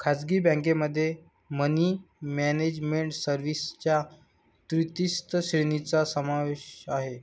खासगी बँकेमध्ये money management सर्व्हिसेसच्या विस्तृत श्रेणीचा समावेश आहे